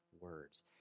words